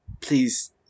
please